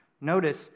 notice